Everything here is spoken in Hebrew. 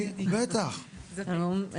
שלום.